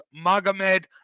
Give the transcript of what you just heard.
Magomed